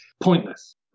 pointless